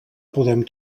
podem